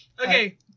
Okay